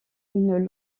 une